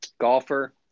golfer